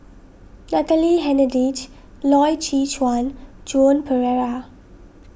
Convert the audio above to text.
Natalie Hennedige Loy Chye Chuan Joan Pereira